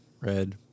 red